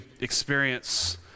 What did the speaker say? experience